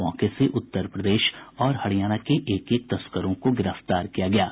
मौके से उत्तर प्रदेश और हरियाणा के एक एक तस्करों को गिरफ्तार किया गया है